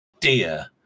dear